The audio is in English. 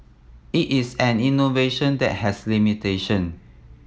it is an innovation that has limitation